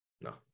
No